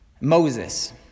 Moses